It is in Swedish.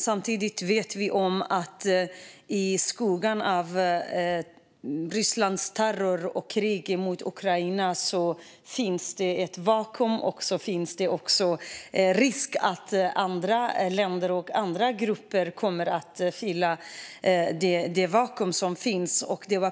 Samtidigt vet vi att det i skuggan av Rysslands terror och krig mot Ukraina finns ett vakuum och en risk för att andra länder och grupper kommer att fylla detta vakuum.